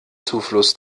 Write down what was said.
zufluss